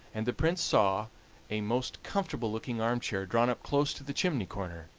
and the prince saw a most comfortable-looking arm-chair drawn up close to the chimney-corner